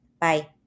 Bye